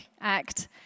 act